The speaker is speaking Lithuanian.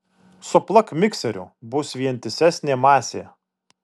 suplak mikseriu bus vientisesnė masė